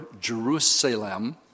Jerusalem